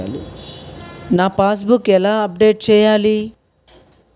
నా passbook ఎలా update చేయాలి?